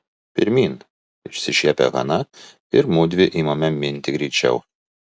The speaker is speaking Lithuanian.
pirmyn išsišiepia hana ir mudvi imame minti greičiau